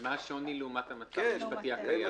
ומה השוני לעומת המצב המשפטי הקיים.